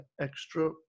extra